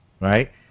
right